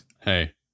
Hey